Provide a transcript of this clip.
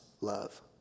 love